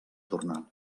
tornar